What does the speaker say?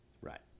Right